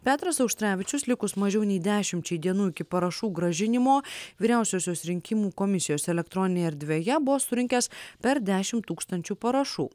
petras auštrevičius likus mažiau nei dešimčiai dienų iki parašų grąžinimo vyriausiosios rinkimų komisijos elektroninėje erdvėje buvo surinkęs per dešim tūkstančių parašų